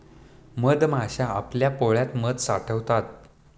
मधमाश्या आपल्या पोळ्यात मध साठवतात